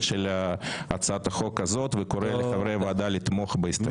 של הצעת החוק הזאת וקורא לחברי הוועדה הזאת לתמוך בהסתייגות.